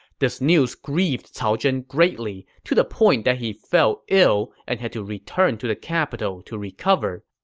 this news grieved cao zhen greatly, to the point that he fell ill and had to return to the capital to recover.